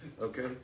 Okay